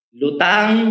lutang